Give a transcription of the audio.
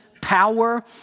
power